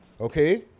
Okay